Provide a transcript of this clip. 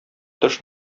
тыш